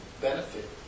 benefit